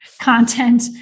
content